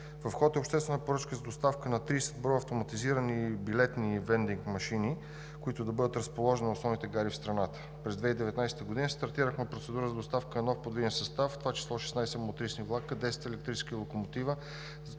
В ход е обществена поръчка за доставка на 30 броя автоматизирани билетни/вендинг машини, които да бъдат разположени на основните гари в страната. През 2019 г. стартирахме процедури за доставка на нов подвижен състав, в това число 16 мотрисни влака, 10 електрически локомотива,